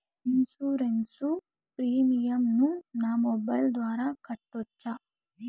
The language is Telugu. ఇన్సూరెన్సు ప్రీమియం ను నా మొబైల్ ద్వారా కట్టొచ్చా?